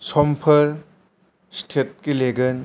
समफोर स्ट्रेट गेलेगोन